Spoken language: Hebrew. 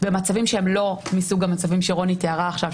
במצבים שהם לא מסוג המצבים שרוני תיארה עכשיו,